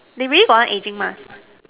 they really got one ageing mask